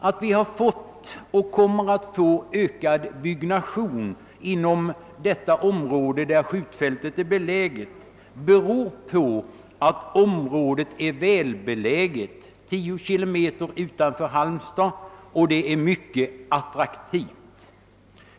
Att vi fått och kommer att få ökad byggnation inom detta område beror på att området — det ligger 10 kilometer utanför Halmstad — är välbeläget och attraktivt.